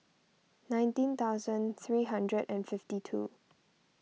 nineteen thousand three hundred and fifty two